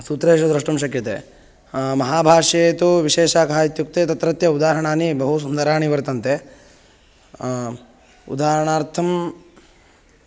सूत्रेषु द्रष्टुं शक्यते महाभाष्ये तु विशेषः कः इत्युक्ते तत्रत्य उदाहरणानि बहु सुन्दराणि वर्तन्ते उदाहरणार्थं